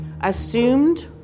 assumed